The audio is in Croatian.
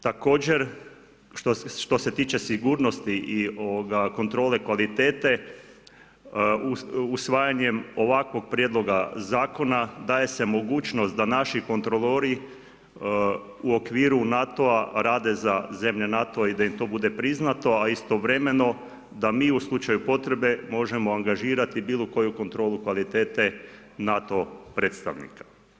Također, što se tiče sigurnosti i kontrole kvalitete, usvajanjem ovakvog Prijedloga Zakona daje se mogućnost da naši kontrolori u okviru NATO-a rade za zemlje NATO-a i da im to bude priznato, a istovremeno da mi u slučaju potrebe možemo angažirati bilo koju kontrolu kvalitete NATO predstavnika.